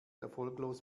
erfolglos